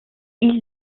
ils